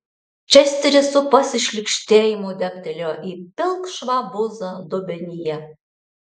česteris su pasišlykštėjimu dėbtelėjo į pilkšvą buzą dubenyje